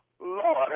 Lord